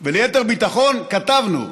וליתר ביטחון כתבנו: